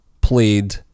played